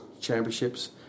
championships